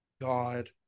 God